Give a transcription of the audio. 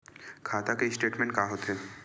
खाता के स्टेटमेंट का होथे?